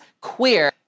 queer